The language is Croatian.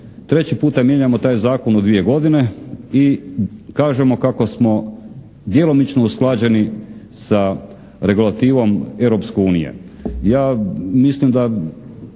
treći puta mijenjamo taj zakon u dvije godine i kažemo kako smo djelomično usklađeni sa regulativom Europske unije.